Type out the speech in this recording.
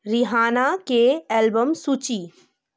रिहानाके album सूची